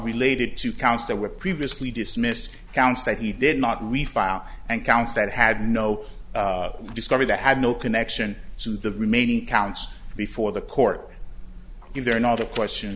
related to counts that were previously dismissed counts that he did not refile and counts that had no discovery that had no connection to the remaining counts before the court you there not a question